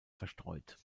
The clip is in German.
verstreut